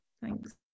thanks